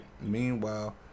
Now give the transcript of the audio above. Meanwhile